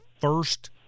first